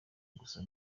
gusa